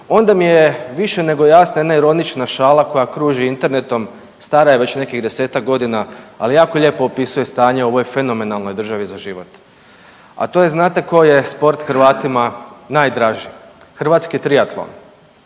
onda mi je više nego jasna jedna ironična šala koja kruži internetom, stara je već nekih desetak godina, ali jako lijepo opisuje stanje u ovoj fenomenalnoj državi za život, a to je znate koji je sport Hrvatima najdraži, hrvatski triatlon,